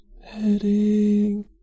Heading